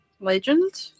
legend